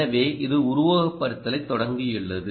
எனவேஇது உருவகப்படுத்துதலைத் தொடங்கியுள்ளது